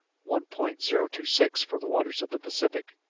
one point zero two six for the waters of the pacific,